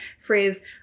phrase